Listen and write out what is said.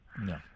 No